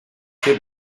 très